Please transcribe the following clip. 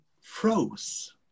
froze